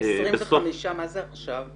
מה זה "עכשיו"?